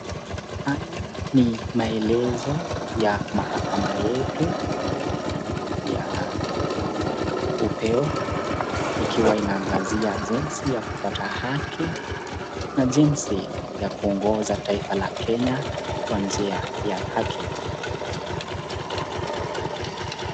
Haya ni maelezo ya mahakama yetu ya upeo, ikiwa inaangazia jinsi ya kupata haki na jinsi ya kungoja taifa la Kenya kwa nji ya haki.